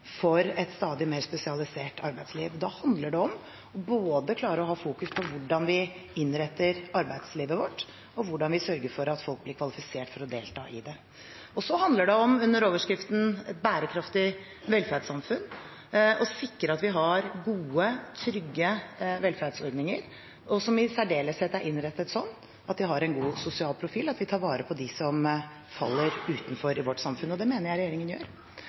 for et stadig mer spesialisert arbeidsliv. Det handler om å klare å ha fokus på både hvordan vi innretter arbeidslivet vårt, og hvordan vi sørger for at folk blir kvalifisert for å delta i det. Så handler det om, under overskriften «bærekraftig velferdssamfunn», å sikre at vi har gode, trygge velferdsordninger, som i særdeleshet er innrettet sånn at de har en god sosial profil, at de tar vare på dem som faller utenfor i vårt samfunn. Det mener jeg regjeringen gjør.